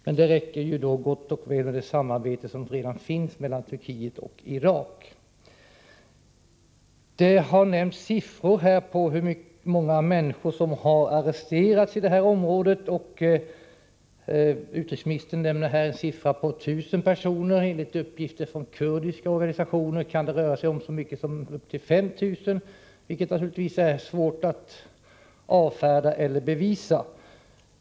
Men det räcker gott och väl med det samarbete som redan finns mellan Turkiet och Irak. Det har nämnts siffror på hur många människor som har arresterats i detta område, och utrikesministern nämner siffran 1 000 personer. Enligt uppgifter från kurdiska organisationer kan det röra sig om så mycket som upp till 5 000 personer. Detta är naturligtvis svårt att avfärda eller bevisa.